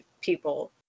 people